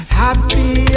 happy